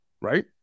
Right